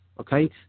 okay